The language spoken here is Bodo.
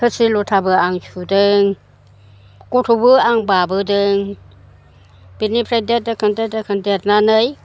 थोरसि लथाबो आं सुदों गथ'बो आं बाबोदों बेनिफ्राय देरदोखोन देरदोखोन देरनानै